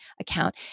account